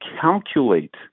calculate